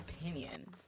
opinion